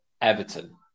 Everton